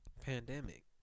Pandemic